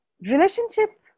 relationship